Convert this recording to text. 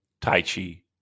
Taichi